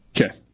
Okay